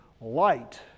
light